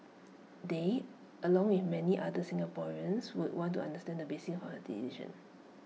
they along with many other Singaporeans would want to understand the basis of her decision